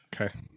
Okay